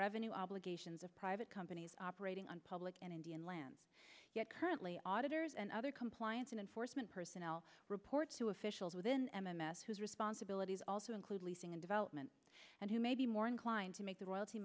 revenue obligations of private companies operating on public and indian land yet currently auditors and other compliance and enforcement personnel report to officials within m m s whose responsibilities also include leasing and development and who may be more inclined to make the royalty